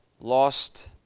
lost